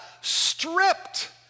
stripped